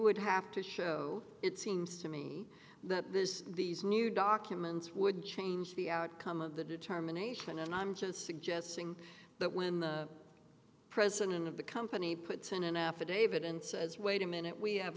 would have to show it seems to me that this these new documents would change the outcome of the determination and i'm just suggesting that when the president of the company puts in an affidavit and says wait a minute we have